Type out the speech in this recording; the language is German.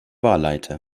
wahlleiter